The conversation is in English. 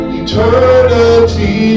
eternity